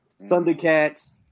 Thundercats